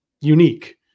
unique